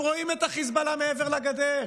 הם רואים את חיזבאללה מעבר לגדר,